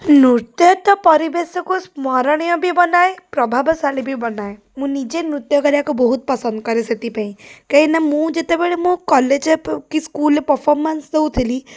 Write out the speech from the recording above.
ନୃତ୍ୟ ତ ପରିବେଶକୁ ସ୍ମରଣୀୟ ବି ବନାଏ ପ୍ରଭାବଶାଳୀ ବି ବନାଏ ମୁଁ ନିଜେ ନୃତ୍ୟ କରିବାକୁ ବହୁତ ପସନ୍ଦ କରେ ସେଥିପାଇଁ କାହିଁକିନା ମୁଁ ଯେତେବେଳେ ମୋ କଲେଜ୍ କି ସ୍କୁଲ୍ରେ ପ୍ରଫର୍ମାନ୍ସ ଦେଉଥିଲି